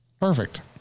perfect